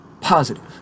positive